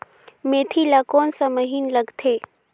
मेंथी ला कोन सा महीन लगथे?